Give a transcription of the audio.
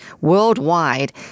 worldwide